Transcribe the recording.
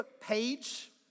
page